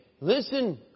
listen